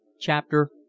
CHAPTER